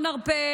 מעצרים נרחבים,